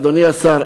אדוני השר,